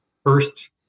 first